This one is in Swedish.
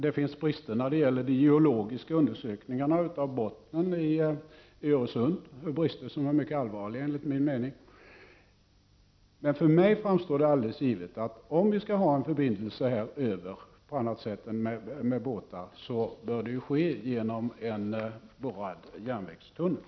Det finns brister när det gäller de geologiska undersökningarna av bottnen i Öresund — brister som enligt min mening är mycket allvarliga. För mig framstår det som alldeles givet, att om vi skall ha en förbindelse på annat sätt än med båtar, bör det bli en borrad järnvägstunnel.